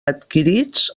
adquirits